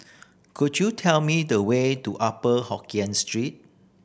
could you tell me the way to Upper Hokkien Street